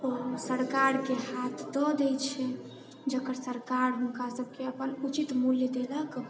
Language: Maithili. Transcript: ओ सरकारके हाथ दऽ दै छै जकर सरकार हुनका सबके अपन उचित मूल्य देलक